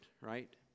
right